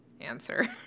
answer